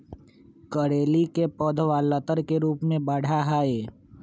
करेली के पौधवा लतर के रूप में बढ़ा हई